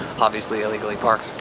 obviously, illegally parked.